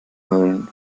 mölln